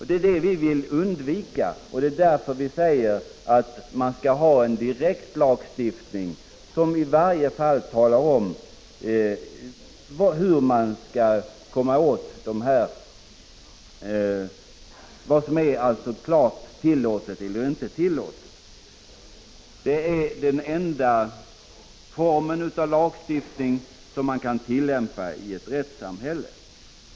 Det är detta vi vill undvika. Det är därför vi säger att man skall ha en direktlagstiftning, som i varje fall talar om vad som är tillåtet och inte tillåtet. Det är den enda form av lagstiftning som man kan tillämpa i ett rättssamhälle.